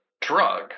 drug